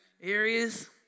areas